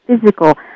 physical